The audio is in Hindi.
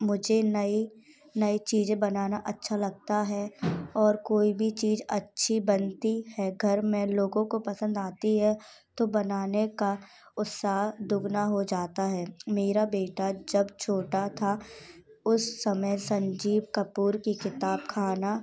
मुझे नई नई चीज़ें बनाना अच्छा लगता है और कोई भी चीज़ अच्छी बनती है घर में लोगों को पसंद आती है तो बनाने का उत्साह दुगना हो जाता है मेरा बेटा जब छोटा था उस समय संजीव कपूर की किताब खाना